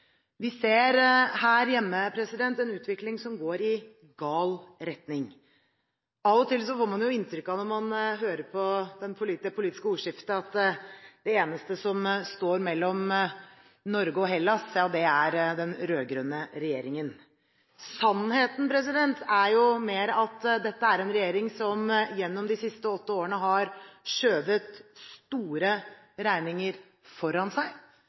Vi ser her hjemme en utvikling som går i gal retning. Av og til får man jo inntrykk av, når man hører på det politiske ordskiftet, at det eneste som står mellom Norge og Hellas, er den rød-grønne regjeringen. Sannheten er heller at dette er en regjering som gjennom de siste åtte årene har skjøvet store regninger foran seg